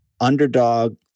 underdog